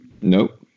Nope